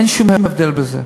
אין שום הבדל בזה.